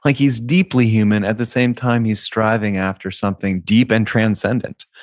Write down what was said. like he's deeply human. at the same time he's striving after something deep and transcendent.